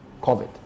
COVID